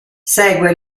segue